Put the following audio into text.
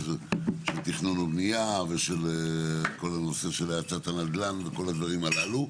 של תכנון ובנייה ושל כל הנושא של האטת הנדל"ן וכל הדברים הללו.